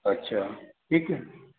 अच्छा हिकु